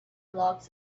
locked